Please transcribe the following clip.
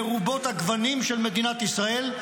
מרובות הגוונים של מדינת ישראל,